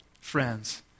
friends